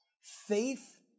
Faith